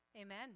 Amen